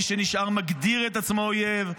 מי שנשאר מגדיר את עצמו אויב,